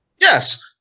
Yes